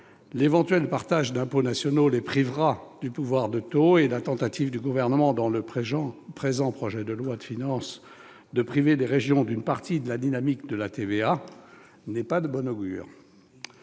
L'éventuel partage d'impôts nationaux les privera du pouvoir de taux et la tentative du Gouvernement, dans le présent projet de loi de finances, de priver les régions d'une partie de la dynamique de la TVA n'est pas de bon augure.